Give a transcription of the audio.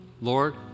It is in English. Lord